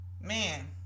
man